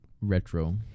retro